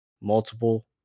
multiple